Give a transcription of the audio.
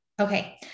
Okay